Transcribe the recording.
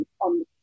on